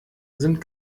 sind